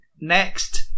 next